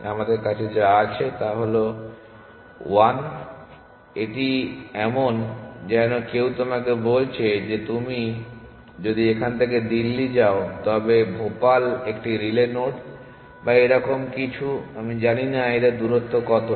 আমাদের কাছে যা আছে তা হল 1 এটি এমন যেনো কেউ তোমাকে বলেছে যে তুমি যদি এখান থেকে দিল্লি যায় তবে ভোপাল একটি রিলে নোড বা এরকম কিছু আমি জানি না এদের দূরত্ব কতটা